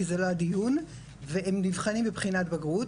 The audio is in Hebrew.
כי זה לא הדיון והם נבחנים בבחינת בגרות,